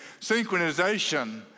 synchronization